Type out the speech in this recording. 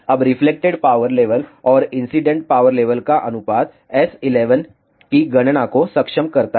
अब reflected power level और incident power level का अनुपात S11 की गणना को सक्षम करता है